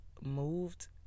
moved